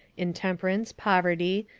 intemperance, poverty,